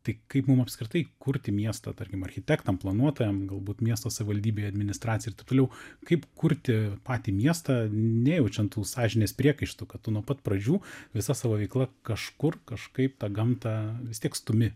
tai kaip mum apskritai kurti miestą tarkim architektam planuotojam galbūt miesto savivaldybė administracija ir taip toliau kaip kurti patį miestą nejaučiant tų sąžinės priekaištų kad tu nuo pat pradžių visa savo veikla kažkur kažkaip tą gamtą vis tiek stumi